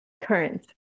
current